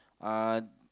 uh